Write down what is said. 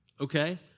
Okay